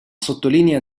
sottolinea